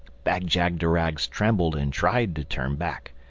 bag-jagderags trembled and tried to turn back.